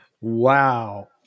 Wow